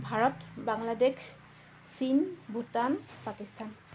ভাৰত বাংলাদেশ চীন ভূটান পাকিস্তান